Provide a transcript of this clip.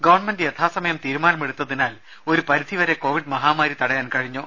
government യഥാസമയം തീരുമാനം എടുത്തതിനാൽ ഒരു പരിധി വരെ കോവിഡ് മഹാമാരി തടയാൻ കഴിഞ്ഞു